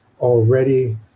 already